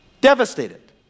Devastated